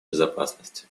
безопасности